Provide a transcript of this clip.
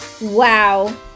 Wow